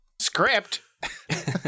Script